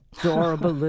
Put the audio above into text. adorable